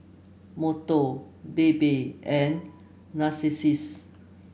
Monto Bebe and Narcissus